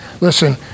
Listen